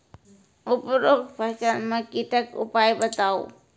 उपरोक्त फसल मे कीटक उपाय बताऊ?